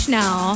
now